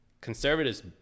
conservatives